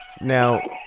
now